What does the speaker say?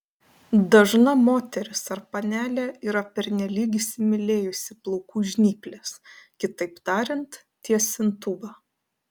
dažna moteris ar panelė yra pernelyg įsimylėjusi plaukų žnyples kitaip tariant tiesintuvą